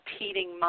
repeating